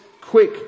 quick